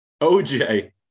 OJ